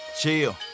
Chill